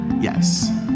yes